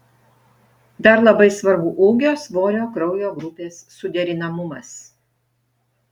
dar labai svarbu ūgio svorio kraujo grupės suderinamumas